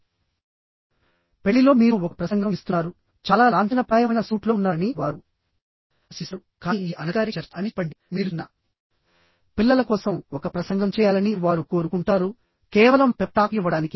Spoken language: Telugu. కాబట్టి పెళ్లి లో మీరు ఒక ప్రసంగం ఇస్తున్నారు కాబట్టి మీరు చాలా లాంఛనప్రాయమైన సూట్ లో ఉన్నారని వారు ఆశిస్తారు కానీ ఇది అనధికారిక చర్చ అని చెప్పండి మీరు చిన్న పిల్లల కోసం ఒక ప్రసంగం చేయాలని వారు కోరుకుంటారు కేవలం పెప్ టాక్ ఇవ్వడానికి